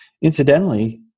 Incidentally